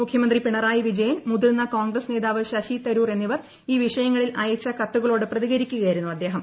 മുഖ്യമന്ത്രി പിണറായി വിജയൻ മുതിർന്ന കോൺഗ്രസ് നേതാവ് ശശി തരൂർ എന്നിവർ ഈ വിഷയങ്ങളിൽ അയച്ച കത്തുകളോട് പ്രതികരിക്കുകയായിരുന്നു അദ്ദേഹം